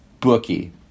bookie